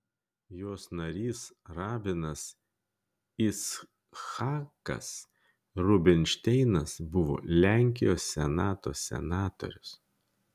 jos narys rabinas icchakas rubinšteinas buvo lenkijos senato senatorius